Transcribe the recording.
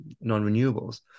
non-renewables